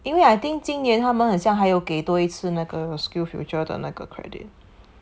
因为 I think 今年他们很像还有给多一次那个 SkillsFuture 的那个 credit